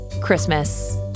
Christmas